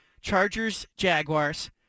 Chargers-Jaguars